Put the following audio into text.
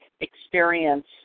experience